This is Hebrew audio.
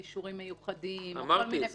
אישורים מיוחדים וכל מיני פרקי זמן -- אמרתי.